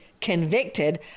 convicted